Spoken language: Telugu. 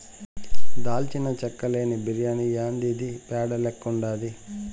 దాల్చిన చెక్క లేని బిర్యాని యాందిది పేడ లెక్కుండాది